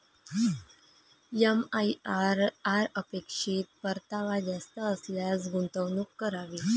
MIRR अपेक्षित परतावा जास्त असल्यास गुंतवणूक करावी